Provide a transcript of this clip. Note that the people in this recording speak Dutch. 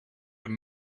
een